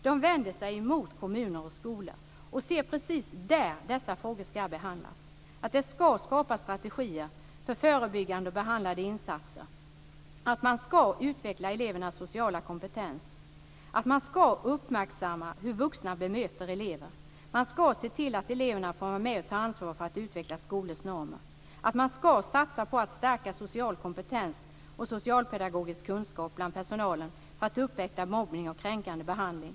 De vänder sig till kommuner och skolor. Det är precis där som dessa frågor ska behandlas. Det ska skapas strategier för förebyggande och behandlande insatser. Man ska utveckla elevernas sociala kompetens. Man ska uppmärksamma hur vuxna bemöter elever. Man ska se till att eleverna är med och tar ansvar för att utveckla skolans normer. Man ska satsa på att stärka social kompetens och socialpedagogisk kunskap bland personalen för att upptäcka mobbning och kränkande behandling.